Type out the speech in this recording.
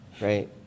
right